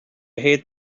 hate